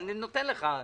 אני אתן לך,